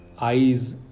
eyes